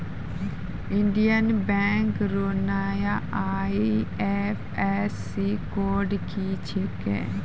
Indian bank रो नया IFSC code की छिकै